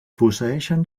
posseeixen